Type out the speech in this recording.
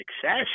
success